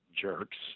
jerks